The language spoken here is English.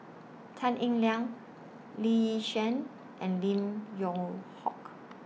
Tan Eng Liang Lee Yi Shyan and Lim Yew Hock